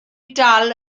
dal